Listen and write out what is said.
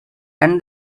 and